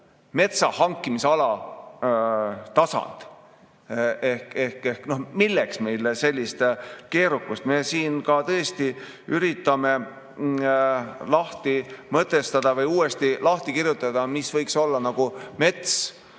"metsa hankimisala tasand". Milleks meile selline keerukus? Me siin tõesti üritame lahti mõtestada või uuesti lahti kirjutada, mis võiks olla mets